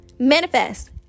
manifest